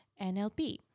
NLP